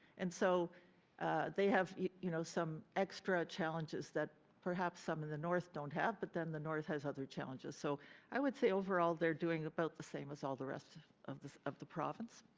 and so they have you know some extra challenges that perhaps some in the north don't have, but then the north has other challenges. so i would say overall they're doing about the same as all the rest of of the province.